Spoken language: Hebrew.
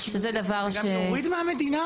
זה גם יוריד מהמדינה